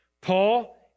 Paul